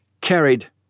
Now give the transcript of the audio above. carried